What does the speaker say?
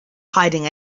hiding